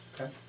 Okay